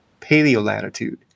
paleolatitude